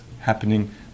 happening